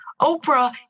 Oprah